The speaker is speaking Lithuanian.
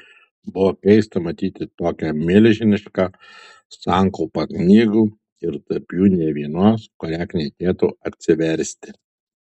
buvo keista matyti tokią milžinišką sankaupą knygų ir tarp jų nė vienos kurią knietėtų atsiversti